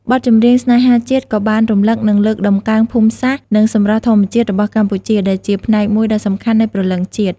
បទចម្រៀងស្នេហាជាតិក៏បានរំលឹក និងលើកតម្កើង ភូមិសាស្ត្រ និងសម្រស់ធម្មជាតិ របស់កម្ពុជា ដែលជាផ្នែកមួយដ៏សំខាន់នៃព្រលឹងជាតិ។